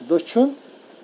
دٔچھُن